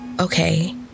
Okay